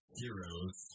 heroes